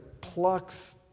plucks